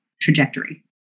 trajectory